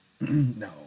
no